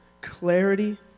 clarity